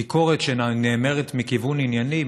ביקורת שנאמרת מכיוון ענייני,